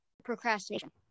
procrastination